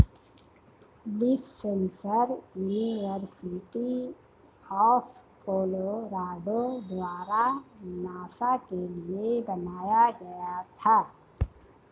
leaf sensor university of Colorado द्वारा NASA के लिए बनाया गया था